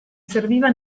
serviva